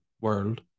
world